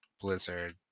Blizzard